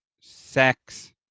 sex